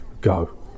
go